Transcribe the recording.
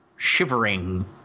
shivering